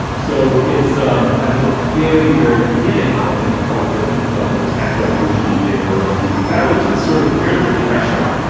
so it's um at the very, very beginning of the of the of the tech revolution and data revolution about which it's sort of weirdly prescient,